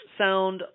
sound